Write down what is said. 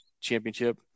championship